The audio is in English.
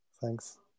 Thanks